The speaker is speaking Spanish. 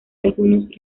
algunos